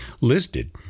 listed